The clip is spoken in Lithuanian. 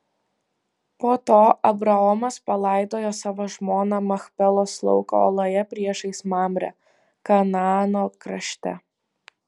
po to abraomas palaidojo savo žmoną machpelos lauko oloje priešais mamrę kanaano krašte